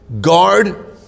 Guard